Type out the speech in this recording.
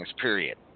period